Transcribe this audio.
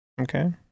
okay